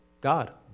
God